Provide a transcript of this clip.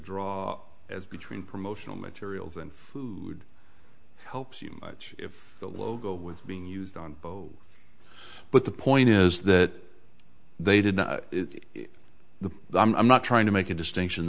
draw as between promotional materials and food helps you much if the logo with being used on both but the point is that they didn't it the i'm not trying to make a distinction